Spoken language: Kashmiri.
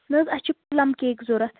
نہ حظ اَسہِ چھِ پٕلَم کیک ضوٚرَتھ